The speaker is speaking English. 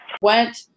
Went